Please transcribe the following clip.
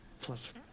plus